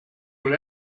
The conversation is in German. wohl